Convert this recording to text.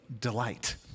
delight